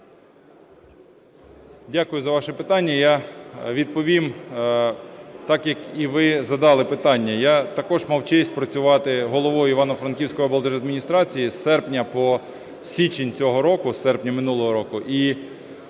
Дякую за ваше питання. Я відповім так, як і ви задали питання. Я також мав честь працювати головою Івано-Франківської облдержадміністрації з серпня по січень цього року, з серпня минулого року.